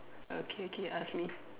okay okay ask me